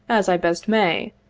as i best may,